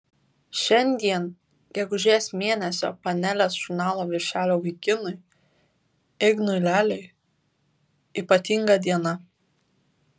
šiandien gegužės mėnesio panelės žurnalo viršelio vaikinui ignui leliui ypatinga diena